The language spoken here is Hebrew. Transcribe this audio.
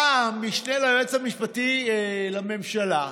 בא המשנה ליועץ המשפטי לממשלה.